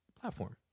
platform